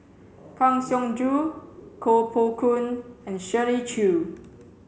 Kang Siong Joo Koh Poh Koon and Shirley Chew